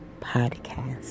Podcast